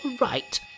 right